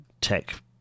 tech